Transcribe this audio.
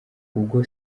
ubwo